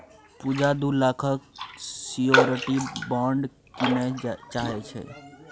पुजा दु लाखक security bond कीनय चाहै छै